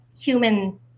human